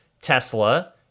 Tesla